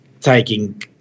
taking